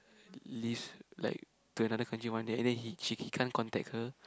leaves like to another country one day and then he she he can't contact her